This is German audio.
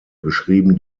beschrieben